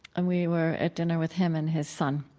and we were at dinner with him and his son.